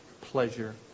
pleasure